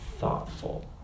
thoughtful